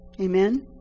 Amen